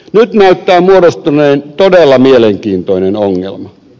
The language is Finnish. nyt näyttää muodostuneen todella mielenkiintoinen ongelma